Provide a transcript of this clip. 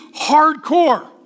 hardcore